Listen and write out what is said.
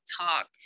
talk